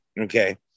Okay